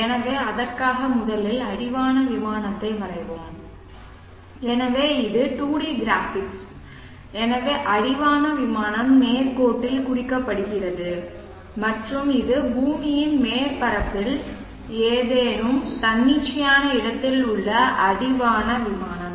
எனவே அதற்காக முதலில் அடிவான விமானத்தை வரைவோம் எனவே இது 2 டி கிராபிக்ஸ் எனவே அடிவான விமானம் நேர் கோட்டில் குறிக்கப்படுகிறது மற்றும் இது பூமியின் மேற்பரப்பில் ஏதேனும் தன்னிச்சையான இடத்தில் உள்ள அடிவான விமானம்